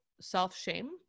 self-shame